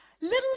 Little